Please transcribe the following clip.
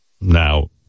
Now